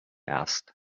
asked